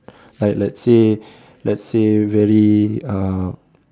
like let's say let's say very uh